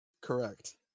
Correct